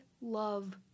love